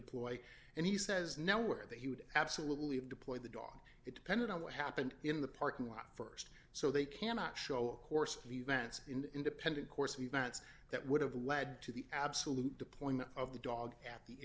deploy and he says nowhere that he would absolutely have deployed the dog it depended on what happened in the parking lot st so they cannot show a course of events in the independent course of events that would have led to the absolute deployment of the dog at the